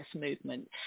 movement